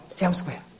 elsewhere